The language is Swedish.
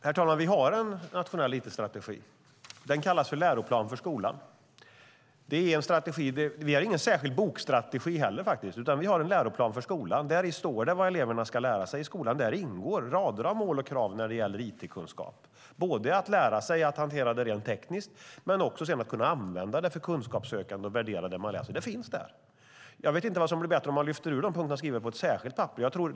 Herr talman! Vi har en nationell it-strategi. Den kallas för läroplan för skolan. Vi har ingen särskild bokstrategi heller, utan vi har en läroplan för skolan. I den står det vad eleverna ska lära sig i skolan. Där ingår rader av mål och krav när det gäller it-kunskap, både att man ska lära sig att hantera it rent tekniskt och att man ska kunna använda it för att söka kunskap och värdera det som man läser. Det finns där. Jag vet inte vad som blir bättre om man lyfter ut dessa punkter och skriver dem på ett särskilt papper.